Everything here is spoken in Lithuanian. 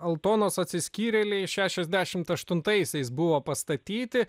altonos atsiskyrėliai šešiasdešimt aštuntaisiais buvo pastatyti